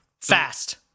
Fast